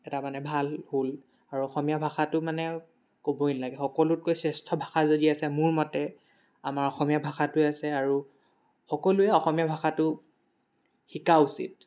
এটা ভাল হ'ল আৰু অসমীয়া ভাষাটো মানে ক'বই নেলাগে সকলোতকৈ শ্ৰেষ্ঠ ভাষা যদি আছে মোৰ মতে আমাৰ অসমীয়া ভাষাটোৱেই আছে আৰু সকলোৱে অসমীয়া ভাষাটো শিকা উচিত